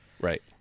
Right